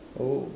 oh